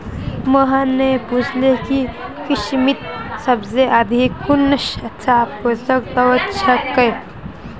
मोहन ने पूछले कि किशमिशत सबसे अधिक कुंन सा पोषक तत्व ह छे